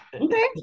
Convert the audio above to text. Okay